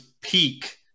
peak